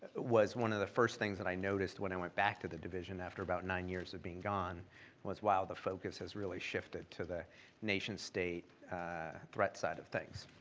was one of the first things that i noticed when i went back to the division after about nine years of being gone was while the focus has really shifted to the nation-state threat side of things.